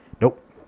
nope